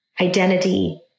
identity